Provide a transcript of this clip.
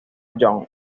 john